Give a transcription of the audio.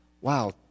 wow